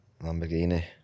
Lamborghini